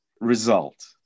result